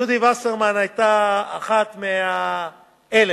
ג'ודי וסרמן היתה אחת מאלה